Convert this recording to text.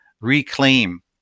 reclaim